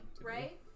right